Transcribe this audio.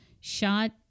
shot